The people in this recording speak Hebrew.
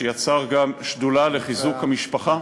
שייצר גם שדולה לחיזוק המשפחה,